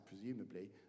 presumably